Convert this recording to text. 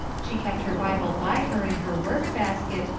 she kept her bible by her in her work-basket,